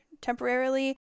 temporarily